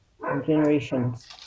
generations